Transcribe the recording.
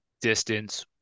distance